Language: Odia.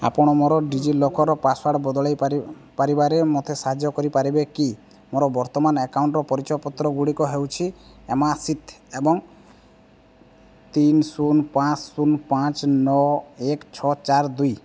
ଆପଣ ମୋର ଡିଜିଲକର୍ର ପାସୱାର୍ଡ଼ ବଦଳାଇପାରି ପାରିବାରେ ମୋତେ ସାହାଯ୍ୟ କରିପାରିବେ କି ମୋର ବର୍ତ୍ତମାନ ଆକାଉଣ୍ଟ୍ର ପରିଚୟପତ୍ରଗୁଡ଼ିକ ହେଉଛି ଏମା ସ୍ମିଥ୍ ଏବଂ ତିନି ଶୂନ ପାଞ୍ଚ ଶୂନ ପାଞ୍ଚ ନଅ ଏକ ଛଅ ଚାରି ଦୁଇ